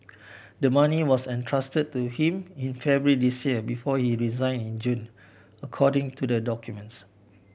the money was entrusted to him in February this year before he resign in June according to the documents